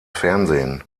fernsehen